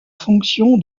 fonction